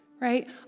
Right